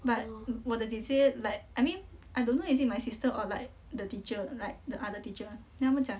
but 我的姐姐 like I mean I don't know is it my sister or like the teacher like the other teacher then 她们讲